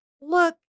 look